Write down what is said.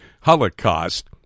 Holocaust